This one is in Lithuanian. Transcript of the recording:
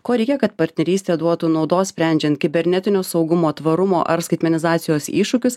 ko reikia kad partnerystė duotų naudos sprendžiant kibernetinio saugumo tvarumo ar skaitmenizacijos iššūkius